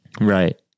right